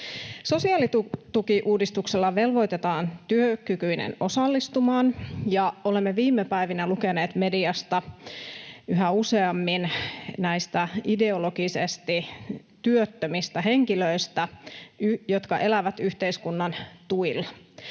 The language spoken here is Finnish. Sosiaalitukiuudistuksella velvoitetaan työkykyinen osallistumaan. Olemme viime päivinä lukeneet mediasta yhä useammin näistä ideologisesti työttömistä henkilöistä, jotka elävät yhteiskunnan tuilla.